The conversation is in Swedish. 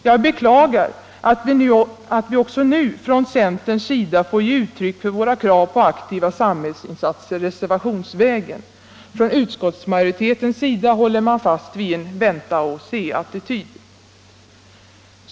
Jag beklagar att vi i centern också nu får ge uttryck för våra krav på aktiva samhällsinsatser reservationsvägen. Utskottsmajoriteten håller fast vid en vänta-och-se-attityd.